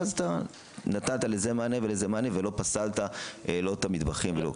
ואז לזה נתת מענה ולזה נתת מענה ולא פסלת לא את המטבחים ולא כלום.